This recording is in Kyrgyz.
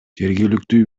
жергиликтүү